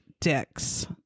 dicks